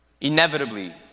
inevitably